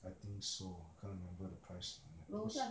I think so can't remember the price of my toast